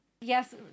yes